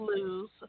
lose